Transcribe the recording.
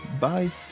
Bye